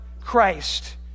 Christ